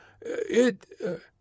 it—